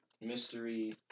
mystery